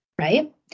right